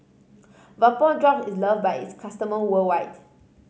Vapodrops is loved by its customer worldwide